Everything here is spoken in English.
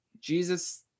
jesus